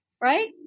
right